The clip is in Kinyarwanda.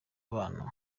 bana